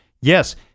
yes